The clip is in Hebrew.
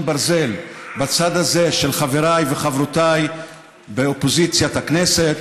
ברזל בצד הזה של חבריי וחברותיי באופוזיציית הכנסת,